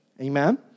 Amen